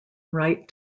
right